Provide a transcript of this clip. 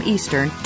Eastern